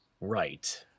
Right